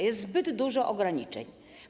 Jest zbyt dużo ograniczeń.